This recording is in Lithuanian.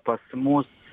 pas mus